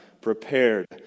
prepared